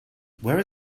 where